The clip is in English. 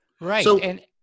right